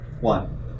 one